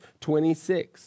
26